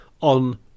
On